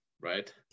right